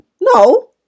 No